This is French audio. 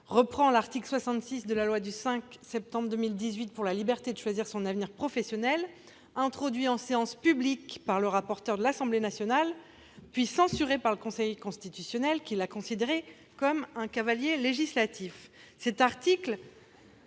reprend l'article 66 de la loi du 5 septembre 2018 pour la liberté de choisir son avenir professionnel, introduit en séance publique par le rapporteur de l'Assemblée nationale, puis censuré par le Conseil constitutionnel, qui l'a considéré comme un cavalier législatif.